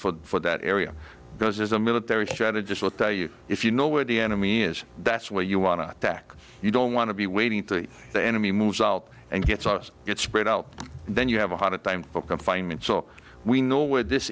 mark for that area because there's a military strategist will tell you if you know where the enemy is that's where you want to attack you don't want to be waving to the enemy moves out and gets out it's spread out and then you have a hard time for confinement so we know where this